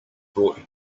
brought